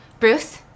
Bruce